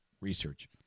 research